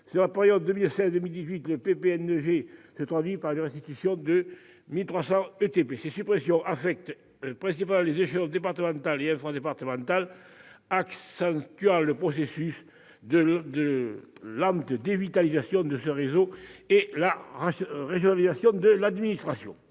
Sur la période 2016-2018, le PPNG se traduit par la restitution de 1 300 ETP. Ces suppressions affectent principalement les échelons départemental et infradépartemental, accentuant le processus de lente dévitalisation de ce réseau et la régionalisation de l'administration.